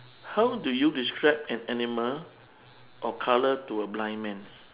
how do you describe an animal or colour to a blind man